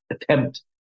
attempt